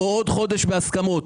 שיעבור עוד חודש בהסכמות.